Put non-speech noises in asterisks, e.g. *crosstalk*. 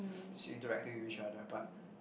*breath* just interacting with each other but